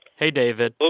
hey, david but